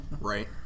Right